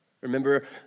Remember